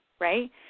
right